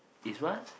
is what